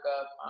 up